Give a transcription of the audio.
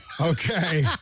Okay